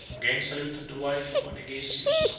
again saluted the wife of onegesius,